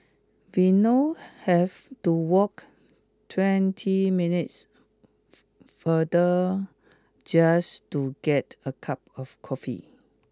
we now have to walk twenty minutes farther just to get a cup of coffee